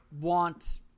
want